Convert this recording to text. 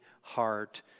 heart